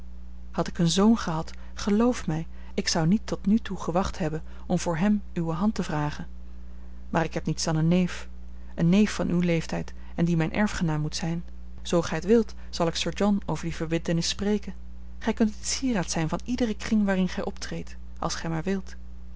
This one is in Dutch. had ik een zoon gehad geloof mij ik zou niet tot nu toe gewacht hebben om voor hem uwe hand te vragen maar ik heb niets dan een neef een neef van uw leeftijd en die mijn erfgenaam moet zijn zoo gij t wilt zal ik sir john over die verbintenis spreken gij kunt het sieraad zijn van iederen kring waarin gij optreedt als gij maar wilt